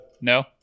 no